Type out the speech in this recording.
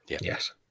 Yes